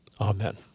amen